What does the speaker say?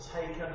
taken